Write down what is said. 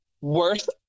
worth